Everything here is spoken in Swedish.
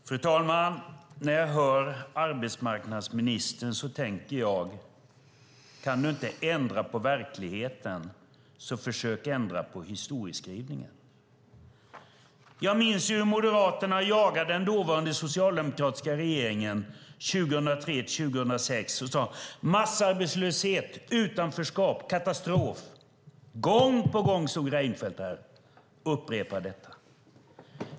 Fru talman! När jag hör arbetsmarknadsministern tänker jag: Kan du inte ändra på verkligheten, försök ändra på historieskrivningen. Jag minns hur Moderaterna jagade den dåvarande socialdemokratiska regeringen 2003-2006. Man sade: Massarbetslöshet! Utanförskap! Katastrof! Gång på gång stod Reinfeldt där och upprepade detta.